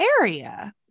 area